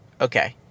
okay